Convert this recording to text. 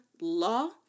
Law